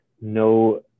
no